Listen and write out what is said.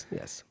yes